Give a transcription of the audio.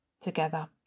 together